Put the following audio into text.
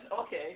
Okay